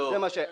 טוב, תודה.